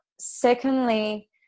secondly